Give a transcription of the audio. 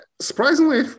Surprisingly